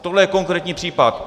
Tohle je konkrétní případ.